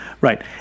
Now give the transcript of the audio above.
Right